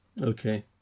Okay